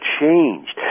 changed